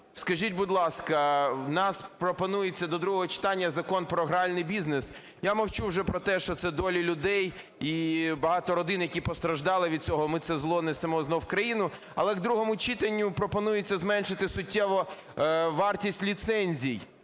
Скажіть, будь ласка, у нас пропонується до другого читання Закон про гральний бізнес. Я мовчу вже про те, що це долі людей і багато родин, які постраждали від цього, ми це зло несемо знов в країну. Але до другого читання пропонується зменшити суттєво вартість ліцензій